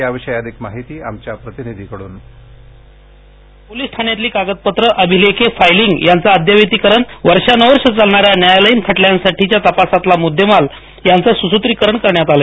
याविषयी अधिक माहिती आमच्या प्रतिनिधीकडून व्हॉइस कास्ट पोलीस ठाण्यातली कागदपत्रं अभिलेख फाईलींग यांचं अद्ययावतीकरण वर्षान्वर्षे चालणाऱ्या न्यायालयीन खटल्यांच्या तपासतला मुद्देमाल यांचं सुस्त्रीकरण करण्यात आलं